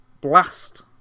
blast